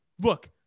Look